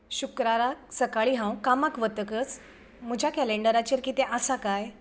शुक्राराक सकाळीं हांव कामाक वतकीच म्हज्या कॅलेंडराचेर कितेंय आसा काय